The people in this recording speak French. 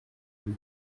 vue